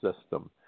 system